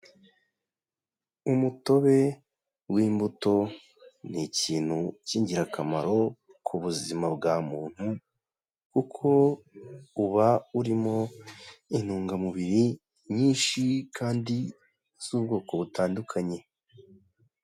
Umutobe w'imbuto, ni ikintu cy'ingirakamaro ku buzima bwa muntu kuko uba urimo intungamubiri nyinshi kandi z'ubwoko butandukanye.